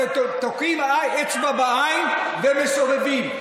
אתם תוקעים אצבע בעין ומסובבים.